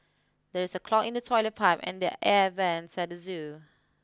there is a clog in the toilet pipe and the air vents at the zoo